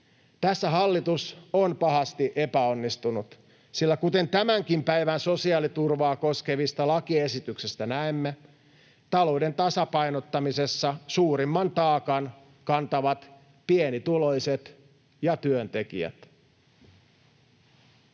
Tässä hallitus on pahasti epäonnistunut, sillä kuten tämänkin päivän sosiaaliturvaa koskevasta lakiesityksestä näemme, talouden tasapainottamisessa suurimman taakan kantavat pienituloiset ja työntekijät.